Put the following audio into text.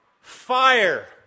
fire